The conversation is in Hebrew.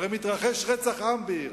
הרי מתרחש רצח עם באירן,